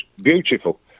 beautiful